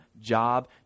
job